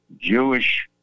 Jewish